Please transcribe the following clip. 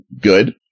good